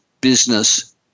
Business